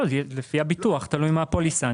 לפי הביטוח, תלוי מה הפוליסה.